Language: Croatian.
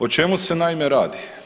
O čemu se, naime, radi?